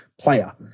player